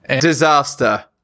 Disaster